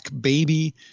Baby